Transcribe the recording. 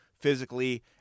physically